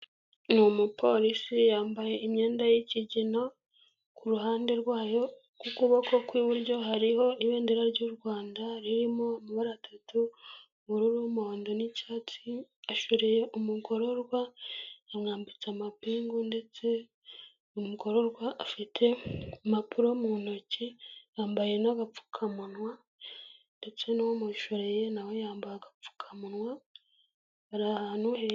Ni umupolisi yambaye imyenda y'ikigina ku ruhande rwayo ku kuboko kw'iburyo hariho ibendera ry'u Rwanda ririmo amabara 3 ubururu, umuhondo n'icyatsi. Ashoreye umugororwa yamwambitse amapingu ndetse umugororwa afite impapuro mu ntoki yambaye n'agapfukamunwa ndetse n'uwamushoreye nawe yambaye agapfukamunwa ari ahantu heza.